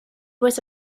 was